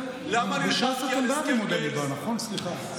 סליחה.